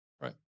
right